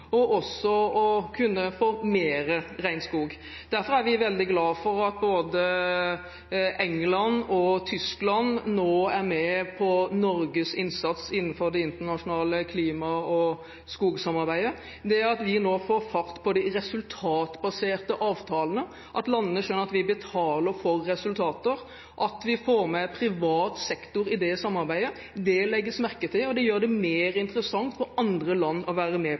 og også å få mer regnskog. Derfor er vi veldig glade for at både Storbritannia og Tyskland nå er med på Norges innsats innenfor det internasjonale klima- og skogsamarbeidet. Det at vi nå får fart på de resultatbaserte avtalene – at landene skjønner at vi betaler for resultater, og at vi får med privat sektor i det samarbeidet – legges merke til, og det gjør det mer interessant for andre land å være med